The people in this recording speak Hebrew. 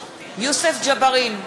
יוסף ג'בארין,